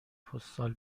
پستال